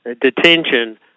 detention